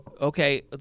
okay